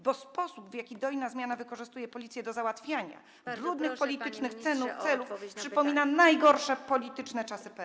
Bo sposób, w jaki dojna zmiana wykorzystuje policję do załatwiania brudnych politycznych celów przypomina najgorsze polityczne czasy PRL.